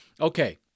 Okay